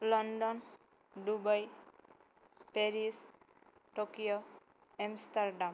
London Dubai Paris Tokyo Amsterdam